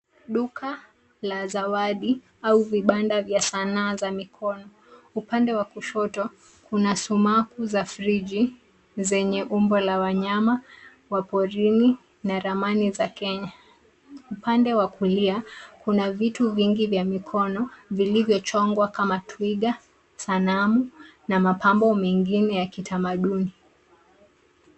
Duka la zawadi au vibanda vya sanaa za mikono. Upande wa kushoto kuna sumaku za friji zenye umbo la wanyama wa porini na ramani za Kenya. Upande wa kulia kuna vitu vingi vya mikono vilivyochongwa kama twiga, sanamu na mapambo mengine ya kitamaduni.